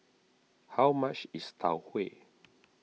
how much is Tau Huay